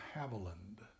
Haviland